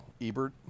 Ebert